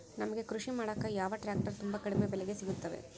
ನಮಗೆ ಕೃಷಿ ಮಾಡಾಕ ಯಾವ ಟ್ರ್ಯಾಕ್ಟರ್ ತುಂಬಾ ಕಡಿಮೆ ಬೆಲೆಗೆ ಸಿಗುತ್ತವೆ?